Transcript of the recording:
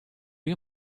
you